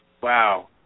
Wow